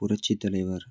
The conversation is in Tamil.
புரட்சித் தலைவர்